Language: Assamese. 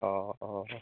অঁ অঁ